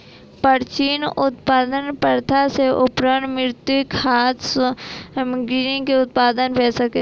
प्राचीन उत्पादन प्रथा सॅ उर्वरक मुक्त खाद्य सामग्री के उत्पादन भ सकै छै